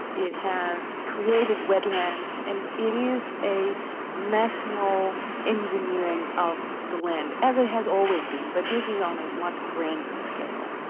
it has created wetlands, and it is a national engineering of the land, as it has always been, but this is on a much grander scale.